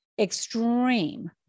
Extreme